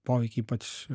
poveikiai ypač